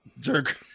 Jerk